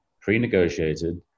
pre-negotiated